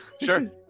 Sure